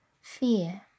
fear